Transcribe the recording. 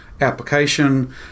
application